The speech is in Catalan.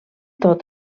tot